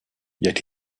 yet